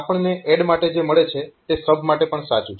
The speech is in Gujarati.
આપણને ADD માટે જે મળે છે તે SUB માટે પણ સાચું છે